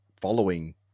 following